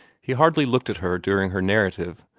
he hardly looked at her during her narrative,